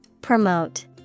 Promote